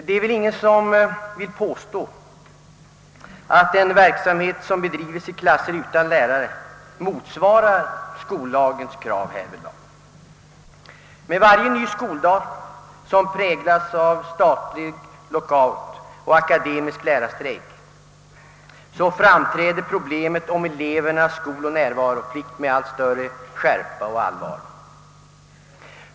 Det är väl ingen som vill påstå att den verksamhet som bedrives i klasser utan lärare motsvarar skollagens krav härvidlag. Med varje ny skoldag, som präglas av statlig lockout och akademisk lärarstrejk, framträder problemet om elevernas skoloch närvaroplikt med allt större skärpa och allvar.